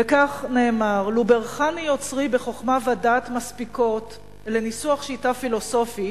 וכך נאמר: "לו בירכני יוצרי בחוכמה ודעת מספיקות לניסוח שיטה פילוסופית,